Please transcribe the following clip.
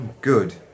Good